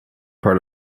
part